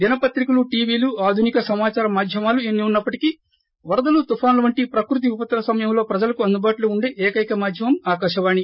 దిన పత్రికలు టీవీలు ఆధునిక సమాచార మాధ్యమాలు ఎన్ని ఉన్నప్పటికీ వరదలు తుఫాన్ లు వంటి ప్రకృతి విపత్తుల సమయంలో ప్రజలకు అందుబాటులో ఉండే ఏకైక మాధ్యమం ఆకాశవాణి